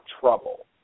trouble